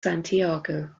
santiago